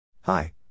Hi